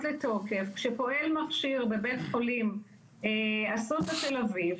לתוקף שפועל מכשיר בבית חולים אסותא תל אביב,